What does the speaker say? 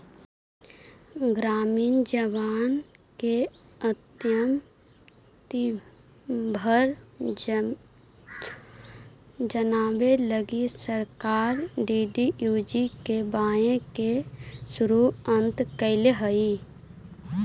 ग्रामीण जवान के आत्मनिर्भर बनावे लगी सरकार डी.डी.यू.जी.के.वाए के शुरुआत कैले हई